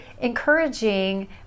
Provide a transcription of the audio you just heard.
encouraging